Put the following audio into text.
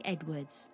Edwards